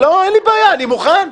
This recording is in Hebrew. אין לי בעיה, אני מוכן.